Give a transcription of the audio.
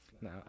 No